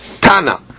Tana